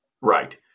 Right